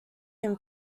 him